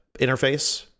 interface